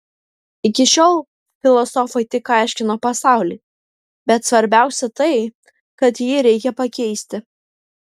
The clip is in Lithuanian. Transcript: iki šiol filosofai tik aiškino pasaulį bet svarbiausia tai kad jį reikia pakeisti